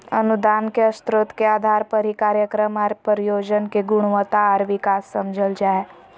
अनुदान के स्रोत के आधार पर ही कार्यक्रम या परियोजना के गुणवत्ता आर विकास समझल जा हय